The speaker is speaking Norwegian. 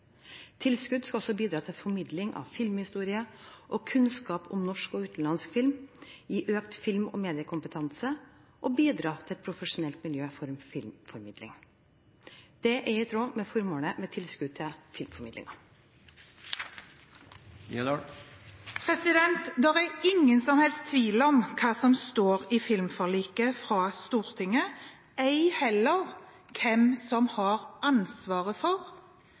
Tilskudd skal også bidra til formidling av filmhistorie og kunnskap om norsk og utenlandsk film, gi økt film- og mediekompetanse og bidra til et profesjonelt miljø for filmformidling. Dette er i tråd med formålet med tilskudd til filmformidling. Det er ingen som helst tvil om hva som står i filmforliket fra Stortinget, ei heller hvem som har ansvaret for